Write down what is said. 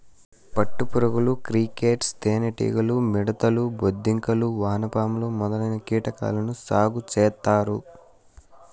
పట్టు పురుగులు, క్రికేట్స్, తేనె టీగలు, మిడుతలు, బొద్దింకలు, వానపాములు మొదలైన కీటకాలను సాగు చేత్తారు